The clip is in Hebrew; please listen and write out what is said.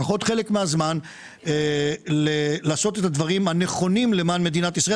לפחות חלק מהזמן לעשות את הדברים הנכונים למען מדינת ישראל.